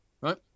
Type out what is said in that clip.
right